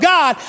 God